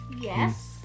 Yes